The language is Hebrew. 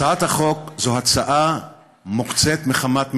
הצעת החוק הזאת היא הצעה מוקצית מחמת מיאוס,